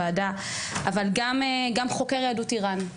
אבל שהוא גם חוקר יהדות איראן.